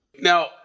Now